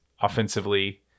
offensively